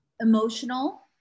emotional